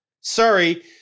Sorry